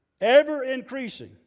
ever-increasing